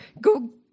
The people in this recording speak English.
go